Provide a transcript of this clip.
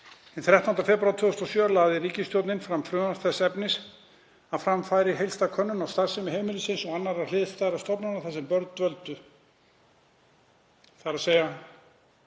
Hinn 13. febrúar 2007 lagði ríkisstjórnin fram frumvarp þess efnis að fram færi heildstæð könnun á starfsemi heimilisins og annarra hliðstæðra stofnana þar sem börn dvöldu, þ.e.